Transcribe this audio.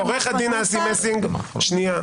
עורך הדין אסי מסינג, בבקשה.